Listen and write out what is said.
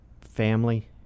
family